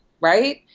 Right